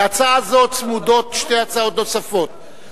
להצעה זו צמודות שתי הצעות נוספות,